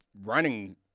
running